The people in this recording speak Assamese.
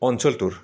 অঞ্চলটোৰ